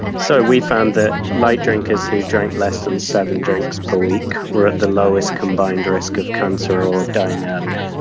so, we found that light drinkers who drank less than seven drinks per week were at the lowest combined risk of cancer or dying earlier,